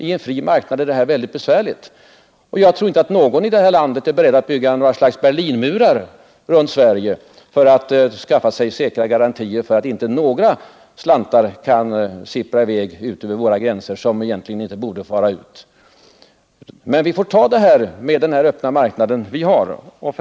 I en fri marknad är det mycket besvärligt. Jag tror inte att någon i detta land är beredd att bygga något slags Berlinmur runt Sverige för att skaffa oss säkra garantier att inte några slantar som egentligen inte borde komma ut kan sippra i väg ut över våra gränser. Men detta får vi ta, med den öppna marknad vi har.